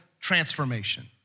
transformation